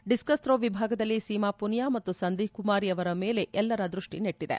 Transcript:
discuss throw ವಿಭಾಗದಲ್ಲಿ ಸೀಮಾ ಪೂನಿಯಾ ಮತ್ತು ಸಂದೀಪ್ ಕುಮಾರಿ ಅವರ ಮೇಲೆ ಎಲ್ಲರ ದೃಷ್ಟಿ ನೆಟ್ಟಿದೆ